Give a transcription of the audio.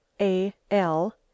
A-L